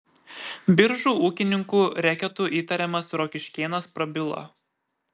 biržų ūkininkų reketu įtariamas rokiškėnas prabilo